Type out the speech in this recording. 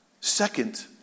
Second